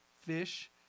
fish